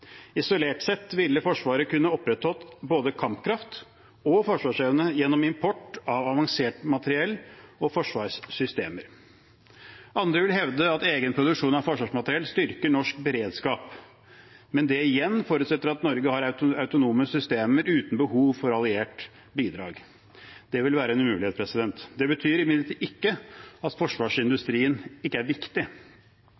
Isolert sett ville Forsvaret kunne opprettholdt både kampkraft og forsvarsevne gjennom import av avansert materiell og forsvarssystemer. Andre vil hevde at egen produksjon av forsvarsmateriell styrker norsk beredskap, men det igjen forutsetter at Norge har autonome systemer uten behov for allierte bidrag. Det vil være en umulighet. Det betyr imidlertid ikke at